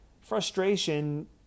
Frustration